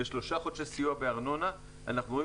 שלושה חודשי סיוע בארנונה אנחנו רואים